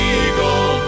eagle